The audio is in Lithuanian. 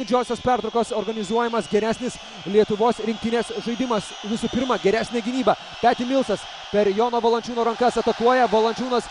didžiosios pertraukos organizuojamas geresnis lietuvos rinktinės žaidimas visų pirma geresnė gynyba peti milsas per jono valančiūno rankas atakuoja valančiūnas